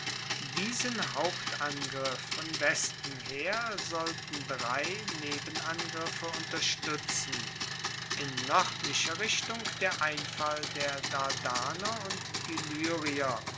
diesen hauptangriff von westen her sollten drei nebenangriffe unterstuetzen in noerdlicher richtung der einfall der dardaner und